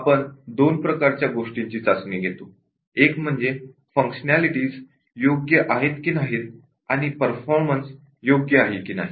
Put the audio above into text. आपण दोन प्रकारच्या गोष्टींची चाचणी घेतो एक म्हणजे फंक्शनेलिटीज योग्य आहेत की नाही आणि परफॉर्मन्स योग्य आहे की नाही